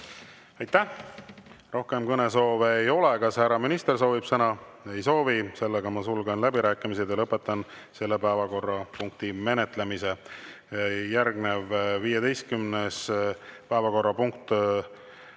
Aitäh! Rohkem kõnesoove ei ole. Kas härra minister soovib sõna? Ei soovi. Ma sulgen läbirääkimised ja lõpetan selle päevakorrapunkti menetlemise. Järgnevale, 15. päevakorrapunktile